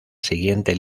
siguiente